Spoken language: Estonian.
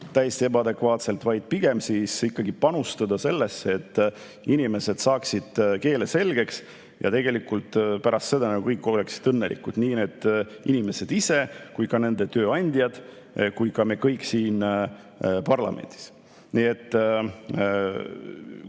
täiesti ebaadekvaatselt, vaid pigem tuleks ikkagi panustada sellesse, et inimesed saaksid keele selgeks, ja tegelikult pärast seda oleksid kõik õnnelikud – nii need inimesed ise, nende tööandjad kui ka me kõik siin parlamendis. Eesti